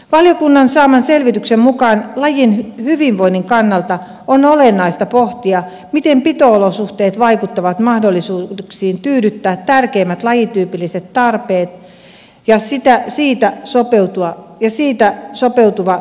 valiokunnan saaman selvityksen mukaan lajin hyvinvoinnin kannalta on olennaista pohtia miten pito olosuhteet vaikuttavat mahdollisuuksiin tyydyttää tärkeimmät lajityypilliset tarpeet ja siten sopeutua pitoympäristöön